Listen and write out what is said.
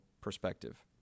perspective